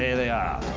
ah they are.